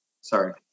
sorry